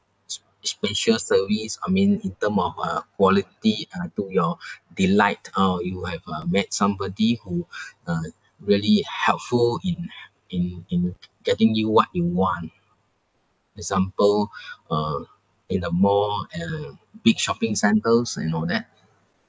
s~ special service I mean in term of uh quality uh to your delight or you have uh met somebody who uh really helpful in in in getting you what you want example uh in a mall uh big shopping centres and all that